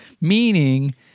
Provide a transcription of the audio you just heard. meaning